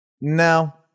No